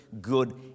good